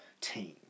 team